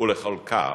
ולחלקה